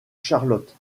charlotte